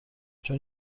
چون